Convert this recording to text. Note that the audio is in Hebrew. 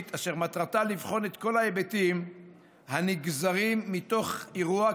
אשר מטרתה לבחון את כל ההיבטים הנגזרים מתוך האירוע,